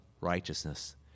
righteousness